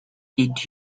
did